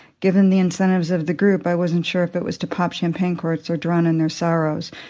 given the incentives of the group, i wasn't sure if it was to pop champagne corks or drown in their sorrows.